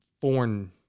foreign